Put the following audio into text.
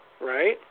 Right